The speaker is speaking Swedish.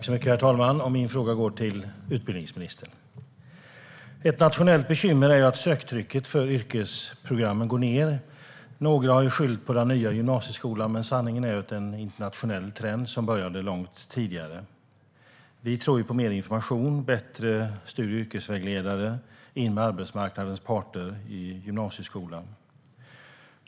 Herr talman! Min fråga går till utbildningsministern. Ett nationellt bekymmer är att söktrycket för yrkesprogrammen går ned. Några har skyllt på den nya gymnasieskolan. Men sanningen är att det är en internationell trend som började långt tidigare. Vi tror på mer information, bättre studie och yrkesvägledare och att få in arbetsmarknadens parter i gymnasieskolan.